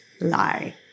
lie